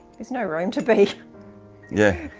there's no room to be yeah.